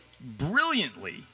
brilliantly